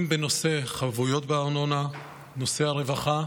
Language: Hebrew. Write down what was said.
אם בנושא חבויות בארנונה, נושא הרווחה,